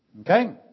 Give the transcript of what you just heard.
Okay